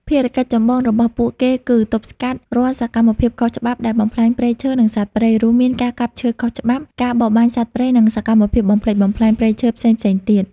ភារកិច្ចចម្បងរបស់ពួកគេគឺ ទប់ស្កាត់ រាល់សកម្មភាពខុសច្បាប់ដែលបំផ្លាញព្រៃឈើ និងសត្វព្រៃ រួមមាន ការកាប់ឈើខុសច្បាប់ ការបរបាញ់សត្វព្រៃ និងសកម្មភាពបំផ្លិចបំផ្លាញព្រៃឈើផ្សេងៗទៀត។